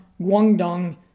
Guangdong